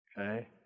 Okay